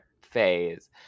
phase